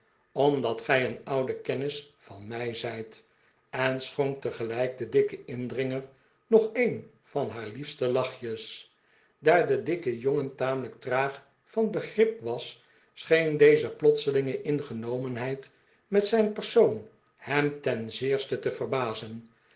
pmdat gij een oude kennis van mij zijt en schonk tegelijk den dikken indringer nog een van haar liefste lachjes daar de dikke jongen tamelijk traag van begrip was scheen deze plotselinge ingenomenheid met zijn persoon hem ten zeerste te verbazen